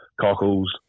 cockles